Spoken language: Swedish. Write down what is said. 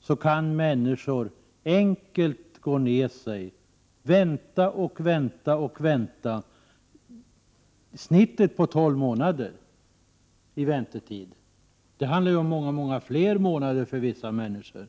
så kan människor enkelt gå ner sig — vänta, vänta och vänta? Genomsnittet är tolv månaders väntetid, men det handlar naturligtvis om många fler månader för vissa människor.